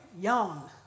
young